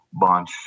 bunch